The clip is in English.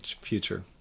future